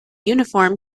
uniform